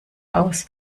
aus